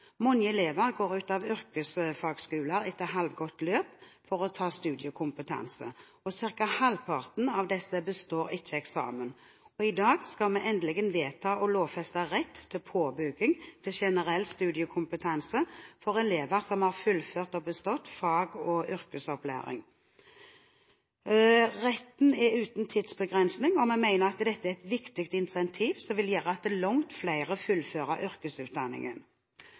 Mange elever går ut av yrkesfagsskoler etter halvgått løp for å ta studiekompetanse, og ca. halvparten av disse består ikke eksamen. I dag skal vi endelig vedta å lovfeste rett til påbygging til generell studiekompetanse for elever som har fullført og bestått fag- og yrkesopplæring. Retten er uten tidsbegrensning. Vi mener dette er et viktig incentiv, som vil gjøre at langt flere fullfører yrkesutdanningen.